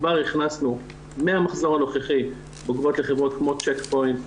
כבר הכנסנו מהמחזור הנוכחי בוגרות לחברות כמו צ'ק פוינט,